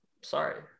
Sorry